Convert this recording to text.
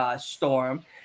Storm